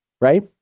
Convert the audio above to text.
right